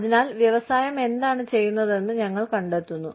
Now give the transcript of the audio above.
അതിനാൽ വ്യവസായം എന്താണ് ചെയ്യുന്നതെന്ന് ഞങ്ങൾ കണ്ടെത്തുന്നു